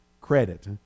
credit